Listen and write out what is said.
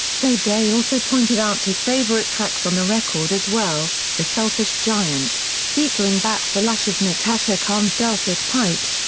though day also pointed out his favourite tracks on the record as well the selfish giant, featuring bat for lashes' natasha khan's dulcet pipes,